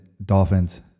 Dolphins